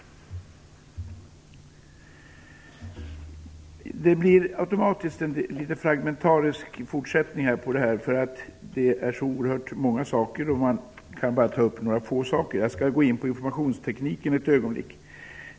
Mitt anförande blir med nödvändighet litet fragmentariskt, eftersom det finns så många saker och man bara kan ta upp några. Jag skall ett ögonblick gå in på informationstekniken.